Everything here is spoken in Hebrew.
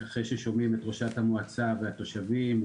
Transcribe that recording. אחרי ששומעים את ראשת המועצה והתושבים,